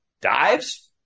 Dives